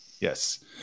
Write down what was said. Yes